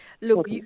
Look